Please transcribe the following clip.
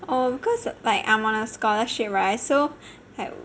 oh because I'm on a scholarship [right] so like